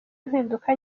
impinduka